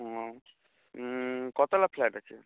ক তলা ফ্ল্যাট আছে